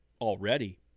already